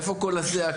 איפה קול הזעקה?